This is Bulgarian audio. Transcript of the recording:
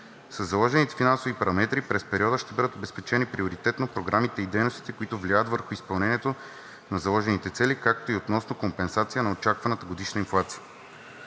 Със заложените финансови параметри през периода ще бъдат обезпечени приоритетно програмите и дейностите, които влияят върху изпълнението на заложените цели, както и относно компенсация на очакваната годишна инфлация.